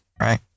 right